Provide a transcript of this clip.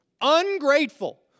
Ungrateful